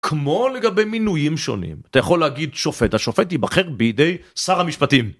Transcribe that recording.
כמו לגבי מינויים שונים, אתה יכול להגיד שופט, השופט יבחר בידי שר המשפטים.